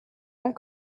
ans